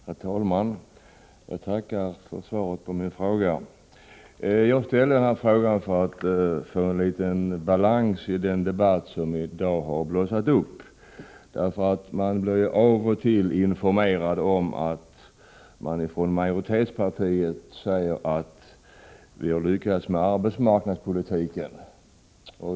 Herr talman! Jag tackar för svaret på min fråga. Jag ställde denna fråga för att få litet balans i den debatt som nu har blossat upp. Man blir av och till informerad av majoritetspartiet om att ”vi har lyckats med arbetsmarknadspolitiken”.